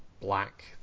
Black